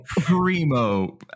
primo